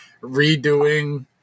redoing